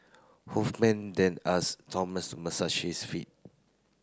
Hoffman then asked Thomas to massage his feet